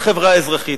"החברה האזרחית".